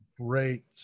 great